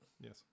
Yes